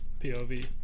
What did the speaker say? POV